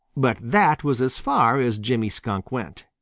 but that was as far as jimmy skunk went.